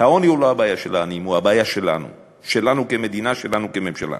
הוא הבעיה שלנו, שלנו כמדינה, שלנו כממשלה.